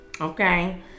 Okay